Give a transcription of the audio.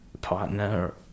partner